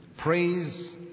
Praise